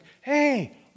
hey